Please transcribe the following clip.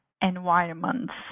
environments